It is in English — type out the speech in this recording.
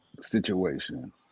situation